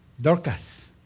Dorcas